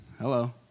Hello